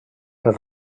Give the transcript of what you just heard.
per